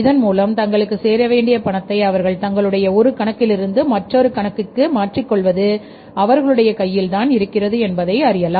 இதன் மூலம் தங்களுக்கு சேர வேண்டிய பணத்தை அவர்கள் தங்களுடைய ஒரு கணக்கிலிருந்து மற்றொரு கணக்குக்கு மாற்றிக் கொள்வது அவர்களுடைய கையில்தான் இருக்கிறது என்பதை அறியலாம்